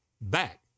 back